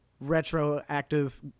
retroactive